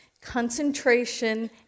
concentration